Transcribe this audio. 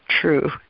true